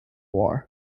war